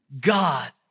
God